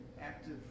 active